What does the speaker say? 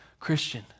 Christian